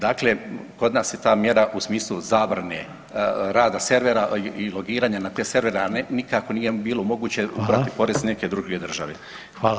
Dakle, kod nas je ta mjera u smislu zabrane rada servera i logiranja na te servere, a nikako nije bilo moguće ubrati porez neke druge države.